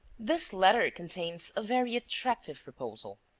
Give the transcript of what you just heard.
this letter contains a very attractive proposal.